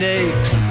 aches